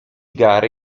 gare